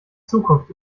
zukunft